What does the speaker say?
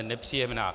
Nepříjemná.